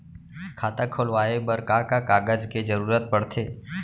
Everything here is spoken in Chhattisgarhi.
खाता खोलवाये बर का का कागज के जरूरत पड़थे?